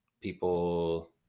people